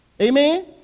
Amen